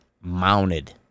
mounted